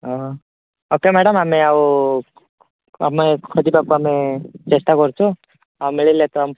okay madam ଆମେ ଆଉ ଆମେ ଖୋଜିବାକୁ ଆମେ ଚେଷ୍ଟା କରୁଛୁ ଆଉ ମିଳିଲେ ତ